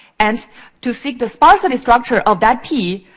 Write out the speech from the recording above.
and to seek the sparsity structure of that p,